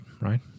right